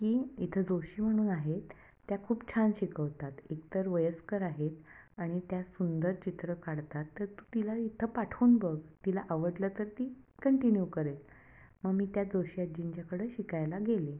की इथं जोशी म्हणून आहेत त्या खूप छान शिकवतात एकतर वयस्कर आहेत आणि त्या सुंदर चित्रं काढतात तर तू तिला इथं पाठवून बघ तिला आवडलं तर ती कंटिन्यू करेल मग मी त्या जोशीआजींच्याकडं शिकायला गेले